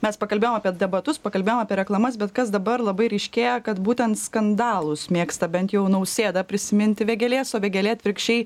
mes pakalbėjom apie debatus pakalbėjom apie reklamas bet kas dabar labai ryškėja kad būtent skandalus mėgsta bent jau nausėda prisiminti vėgėlės o vėgėlė atvirkščiai